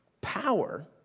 power